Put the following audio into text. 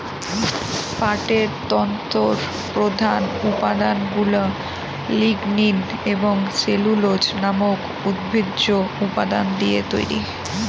পাটের তন্তুর প্রধান উপাদানগুলা লিগনিন এবং সেলুলোজ নামক উদ্ভিজ্জ উপাদান দিয়ে তৈরি